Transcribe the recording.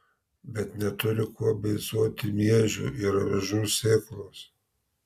bet neturi kuo beicuoti miežių ir avižų sėklos